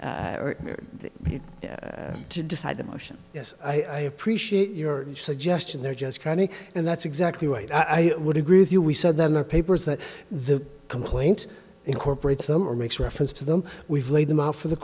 ery to decide the motion yes i appreciate your suggestion there just cranny and that's exactly right i would agree with you we said then the papers that the complaint incorporates them or makes reference to them we've laid them out for the